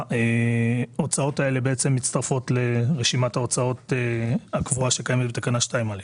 ההוצאות האלה מצטרפות לרשימת ההוצאות הקבועה שקיימת בתקנה 2(א).